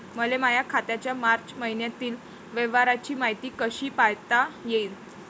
मले माया खात्याच्या मार्च मईन्यातील व्यवहाराची मायती कशी पायता येईन?